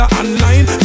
online